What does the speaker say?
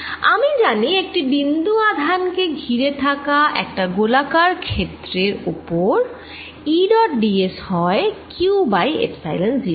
আমি জানি একটি বিন্দু আধান কে ঘিরে থাকা 1টা গোলাকার ক্ষেত্রের ওপর E ডট d s হয় q বাই এপ্সাইলন 0